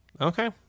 Okay